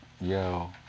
yo